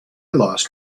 lost